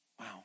Wow